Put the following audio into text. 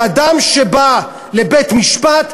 שאדם שבא לבית-משפט,